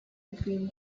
between